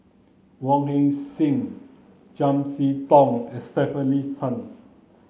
Wong Heck Sing Chiam See Tong and Stefanie Sun